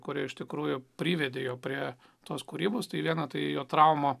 kurie iš tikrųjų privedė jo prie tos kūrybos tai viena tai jo trauma